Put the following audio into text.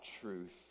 truth